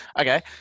Okay